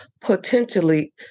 potentially